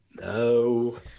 no